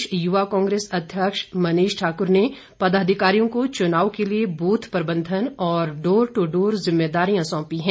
प्रदेश युवा कांग्रेस अध्यक्ष मनीष ठाकुर ने पदाधिकारियों को चुनाव के लिए बूथ प्रबंधन और डोर टू डोर जिम्मेदारियां सौंपी हैं